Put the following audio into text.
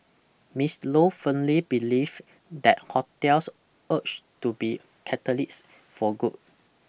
Miss Lo firmly believe that hotels urge to be catalysts for good